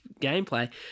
gameplay